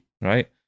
right